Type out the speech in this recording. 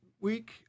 week